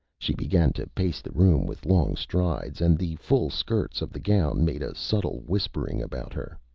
she began to pace the room with long strides, and the full skirts of the gown made a subtle whispering about her.